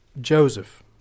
Joseph